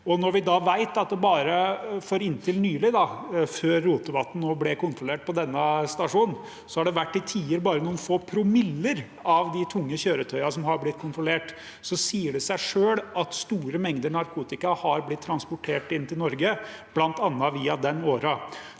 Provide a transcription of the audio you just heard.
Når vi da vet at det inntil nylig, før Rotevatn ble kontrollert på denne stasjonen, til tider bare har vært noen få promiller av de tunge kjøretøyene som har blitt kontrollert, sier det seg selv at store mengder narkotika har blitt transportert inn til Norge bl.a. via den åren.